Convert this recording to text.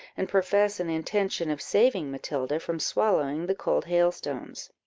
and profess an intention of saving matilda from swallowing the cold hailstones.